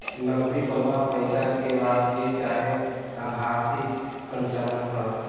नगदी प्रवाह पईसा के वास्तविक चाहे आभासी संचलन ह